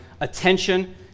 attention